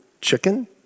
chicken